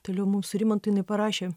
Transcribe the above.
toliau mum su rimantu jinai parašė